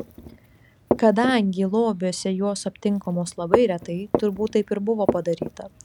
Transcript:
kadangi lobiuose jos aptinkamos labai retai turbūt taip ir buvo padaryta